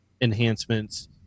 enhancements